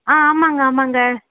ஆ ஆமாம்ங்க ஆமாம்ங்க